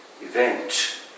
event